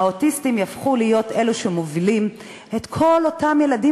האוטיסטים יהפכו להיות אלו שמובילים את כל אותם ילדים